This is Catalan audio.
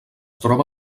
troba